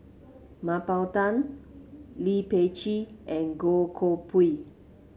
Mah Bow Tan Lee Peh Gee and Goh Koh Pui